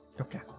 Okay